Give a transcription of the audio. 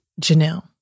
Janelle